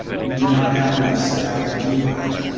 we do not have enough staff to do that.